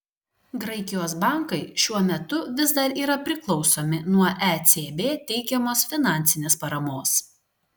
graikijos bankai šiuo metu vis dar yra priklausomi nuo ecb teikiamos finansinės paramos